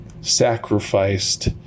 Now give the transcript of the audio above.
sacrificed